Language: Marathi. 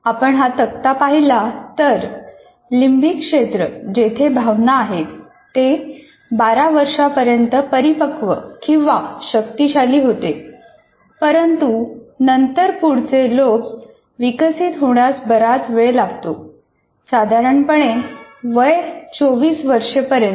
आपण हा तक्ता पाहिला तर लिंबिक क्षेत्र जेथे भावना आहेत ते बाराव्या वर्षापर्यंत परिपक्व किंवा शक्तिशाली होते परंतु नंतर पुढचे लोब्ज विकसित होण्यास बराच वेळ लागतो साधारणपणे वय 24 वर्षे पर्यंत